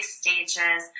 stages